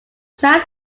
plant